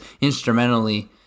instrumentally